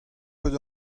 ket